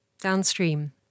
Downstream